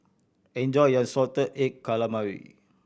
enjoy your salted egg calamari